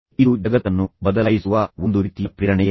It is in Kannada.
ಇದು ಜಗತ್ತನ್ನು ಬದಲಾಯಿಸುವ ಒಂದು ರೀತಿಯ ಪ್ರೇರಣೆಯೇ